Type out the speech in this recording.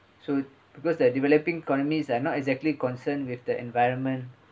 so because they're developing economies are not exactly concern with the environment